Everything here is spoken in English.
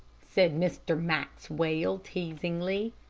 said mr. maxwell, teasingly.